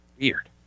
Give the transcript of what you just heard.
weird